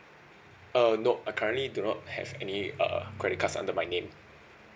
uh nop I currently do not have any uh credit cards under my name